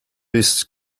its